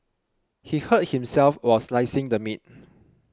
he hurt himself while slicing the meat